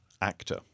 actor